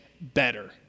better